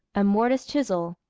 a mortise-chisel,